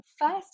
First